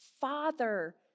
Father